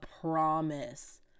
promise